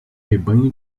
rebanho